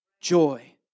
joy